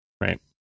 Right